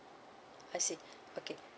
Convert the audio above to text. I see okay